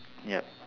yup